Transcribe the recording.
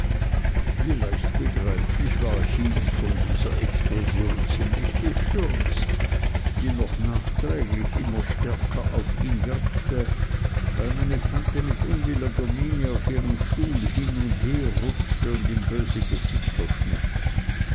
leicht begreiflich war heep von dieser explosion ziemlich bestürzt die noch nachträglich immer stärker auf ihn wirkte weil meine tante mit unwilliger miene auf ihrem stuhl hin und her rutschte und ihm böse gesichter schnitt